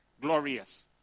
Glorious